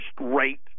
rate